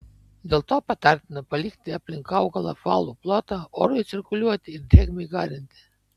dėl to patartina palikti aplink augalą apvalų plotą orui cirkuliuoti ir drėgmei garinti